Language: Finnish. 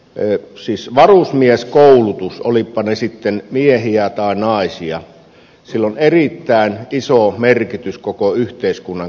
siis varusmieskoulutuksella olivatpa he sitten miehiä tai naisia on erittäin iso merkitys koko yhteiskunnan kannalta